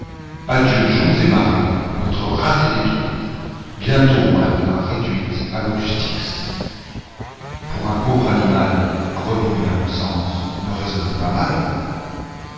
eu joncs el marais notre race est détruite bientôt on la verra réduite a l'eau du styx pour un pauvre animal t enouilles à mon sens ne raisonnaient pas mal